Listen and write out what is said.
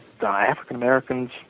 african-americans